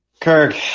Kirk